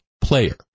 player